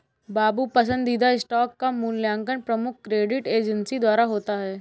बाबू पसंदीदा स्टॉक का मूल्यांकन प्रमुख क्रेडिट एजेंसी द्वारा होता है